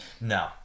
no